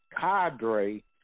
cadre